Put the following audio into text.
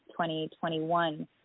2021